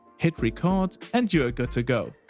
hit record and you are good to go!